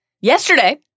Yesterday